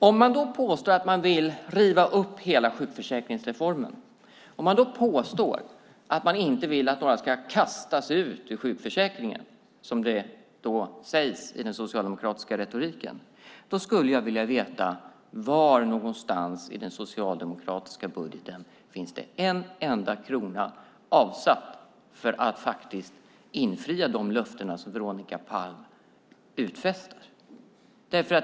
Om man påstår att man vill riva upp hela sjukförsäkringsreformen, om man påstår att man inte vill att några ska kastas ut ur sjukförsäkringen, som det sägs i den socialdemokratiska retoriken, skulle jag vilja veta var någonstans i den socialdemokratiska budgeten det finns en enda krona avsatt för att infria de löften som Veronica Palm utfäster.